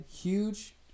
huge